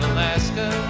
Alaska